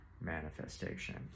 manifestation